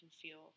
feel